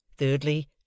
Thirdly